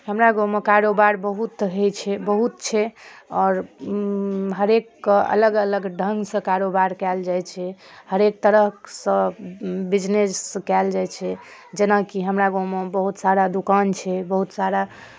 हमरा गाँवमे कारोबार बहुत होइ छै बहुत छै आओर हरेकके अलग अलग ढङ्गसँ कारोबार कयल जाइ छै हरेक तरहसँ बिजनेस कयल जाइ छै जेनाकि हमरा गाँवमे बहुत सारा दोकान छै बहुत सारा